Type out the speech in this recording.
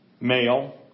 male